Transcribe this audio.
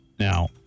Now